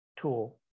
tool